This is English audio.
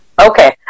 Okay